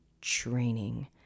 training